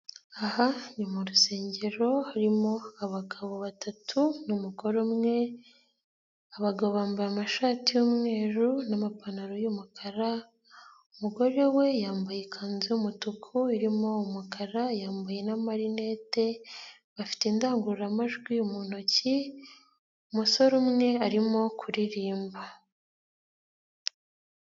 Aha ni mu rusengero harimo abagabo batatu n'umugore umwe, abagabo bambaye amashati y'umweru n'amapantaro y'umukara, umugore we yambaye ikanzu y'umutuku irimo umukara yambuye n'amarinete, bafite indangururamajwi mu ntoki umusore umwe arimo kuririmba.